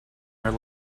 are